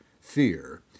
fear